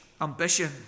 ambition